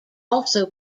also